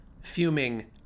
Fuming